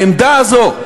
העמדה הזו,